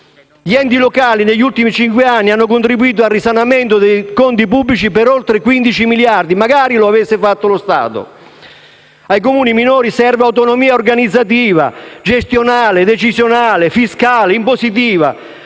Gli enti locali negli ultimi cinque anni hanno contribuito al risanamento dei conti pubblici per oltre 15 miliardi, magari lo avesse fatto lo Stato. Ai Comuni minori serve autonomia organizzativa, gestionale, decisionale, fiscale, impositiva.